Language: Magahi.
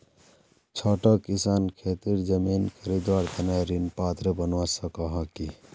छोटो किसान खेतीर जमीन खरीदवार तने ऋण पात्र बनवा सको हो कि?